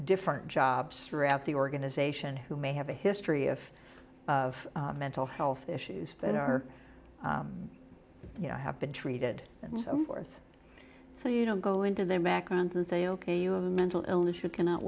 different jobs throughout the organization who may have a history of mental health issues that are you know have been treated and so forth so you don't go into their background and say ok you have a mental illness you cannot